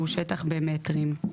שהוא שטח במטרים.